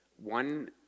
One